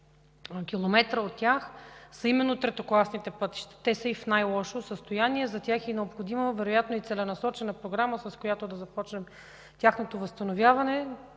километра, са именно третокласните пътища. Те са и в най-лошо състояние. За тях е необходима вероятно и целенасочена програма, с която да започнем възстановяването